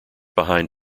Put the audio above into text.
behind